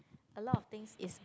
a lot of things is